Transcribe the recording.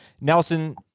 Nelson